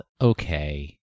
okay